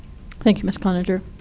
thank you, mrs. cloninger.